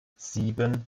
sieben